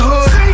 Hood